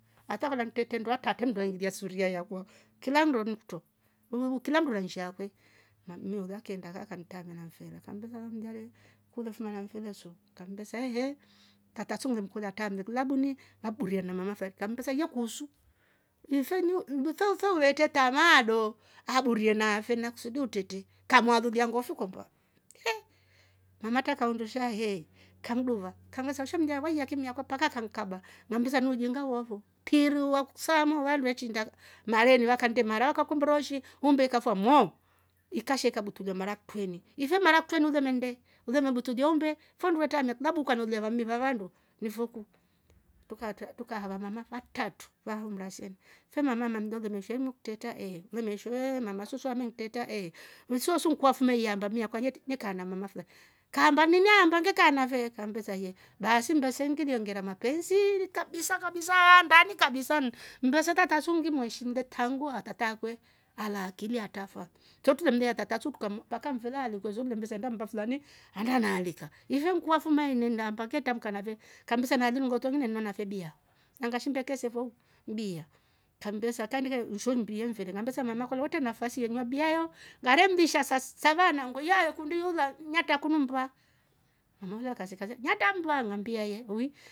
Hatar kutratre ndoa tatre mndu neingie suria yakwe kilanndo nikutro, kila mndu na nshia yakwe na mmi ulya keenda kaa kamtamira mfele kambesa mlya le niku ulefuma namfele su ngammbesa ehe tata su ngile mkolya etramle kilabuni aliburia na mama flan, kammbesa yekuhusu ife nfe ute tamaa do aburie naafe nakusudi utretre kamualulia ngofi kwamba he! Umatra kaundusha he kannduva kangvesa shimlya wahiya kimmi akwa mpaka kankaba ngammbesa ni ujinga wo wafo kiru wakisaamo wandu weechiinda mareni wakannde mara wakakumbira ho shi umbe ikafua moo! Ikasha ikabutulia mara mtwreni, ife mara kitwreni uleme nnde uleme butulie umbe fo nndo we traamia klabu ukalolya vammi va vandu nfo ku, truka haa vamama atratu vaa mraseni fe mama amamlya ulemeshwe nikutreta ehe mama su amntreta ehe nsoosu nku afuma iyaamba mmi akwa kaa nana mama fi lau, kaamba enaamba ngekaa nafe? Kambesa yee baasi ngiliongera mapensi kabisa kabisaa nndani kabisa mmbese tata su nginaishile taangu atata akwe ala akili atrafa tro tulemlolya tata su mpaka mfele aalikwe so tulembesa enda mmba fulani and aneaalika ife niku wafuma waamba ngitrambuka nafe nalii nngoto nimenywa nafe bia naga shi umbeke se fo nbiaa kambesa kaindika nsho mbie mfele ngabesa mama kolya wetre nafasi yenywa bia yongare mlisha saa sava anagwe iyo avekundi iyoola natra kunu mmba mama ulya akaseka seka, natra mmba? Ngambia ye uwi